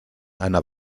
einer